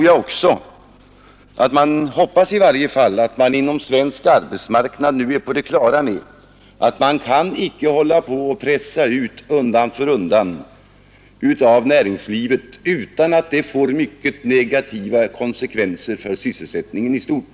Jag hoppas i varje fall att man inom svensk arbetsmarknad nu är på det klara med att man inte undan för undan kan pressa ut mer av näringslivet utan att det får mycket negativa konsekvenser för sysselsättningen i stort.